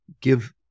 give